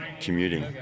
commuting